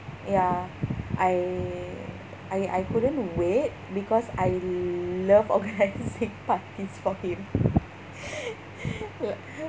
ya I I I couldn't wait because I love organising parties for him